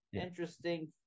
interesting